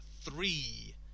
three